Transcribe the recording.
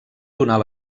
donar